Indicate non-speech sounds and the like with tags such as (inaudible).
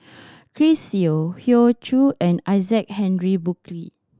(noise) Chris Yeo Hoey Choo and Isaac Henry Burkill